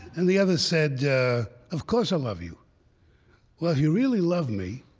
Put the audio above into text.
and the other said, yeah of course i love you well, if you really love me,